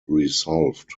resolved